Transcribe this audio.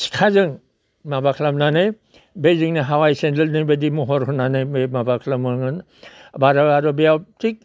सिखाजों माबा खालामनानै बै जिंनि हावाइ सेनदेलनिबायदि महर होनानै बै माबा ख्लामोमोन बाजाराव आरो बे थिग